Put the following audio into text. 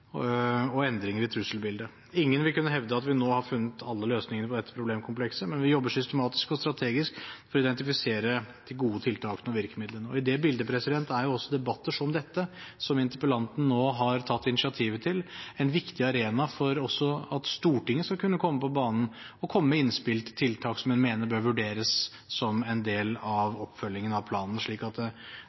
og endringer i trusselbildet. Ingen vil kunne hevde at vi nå har funnet alle løsningene på dette problemkomplekset, men vi jobber systematisk og strategisk for å identifisere de gode tiltakene og virkemidlene. I dette bildet er også debatter som dette – som interpellanten nå har tatt initiativet til – en viktig arena for at også Stortinget skal kunne komme på banen og komme med innspill til tiltak som en mener bør vurderes som en del av oppfølgingen av planen, slik at